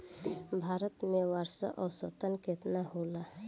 भारत में वर्षा औसतन केतना होला?